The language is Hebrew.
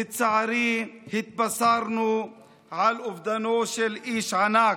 לצערי, התבשרנו על אובדנו של איש ענק,